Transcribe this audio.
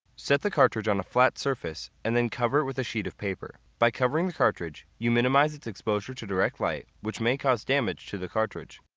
set the cartridge on a flat surface and then cover it with a sheet of paper. by covering the cartridge you minimize its exposure to direct light which may cause damage to the cartridge.